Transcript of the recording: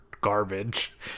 garbage